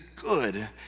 good